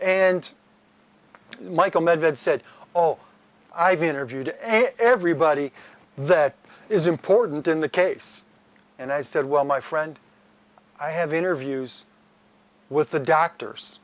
and michael medved said oh i've interviewed everybody that is important in the case and i said well my friend i have interviews with the doctors